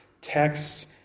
texts